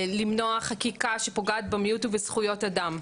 למנוע חקיקה שפוגעת במיעוט ובזכויות אדם.